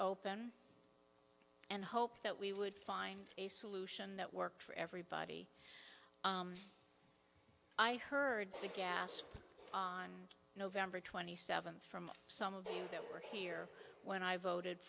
open and hoped that we would find a solution that works for everybody i heard the gasp on november twenty seventh from some of you that were here when i voted